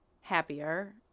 happier